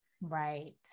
Right